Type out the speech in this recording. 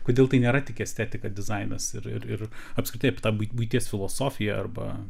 kodėl tai nėra tik estetika dizainas ir ir apskritaiapie tą buities filosofiją arba